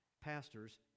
pastors